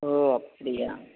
ஓ அப்படியா